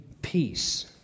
peace